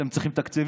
אתם צריכים תקציבים,